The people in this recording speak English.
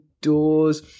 doors